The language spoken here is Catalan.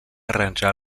arranjar